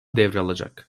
devralacak